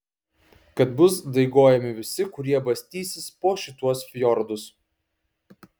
kad bus daigojami visi kurie bastysis po šituos fjordus